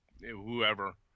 whoever